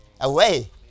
away